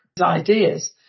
ideas